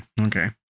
okay